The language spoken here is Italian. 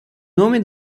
nome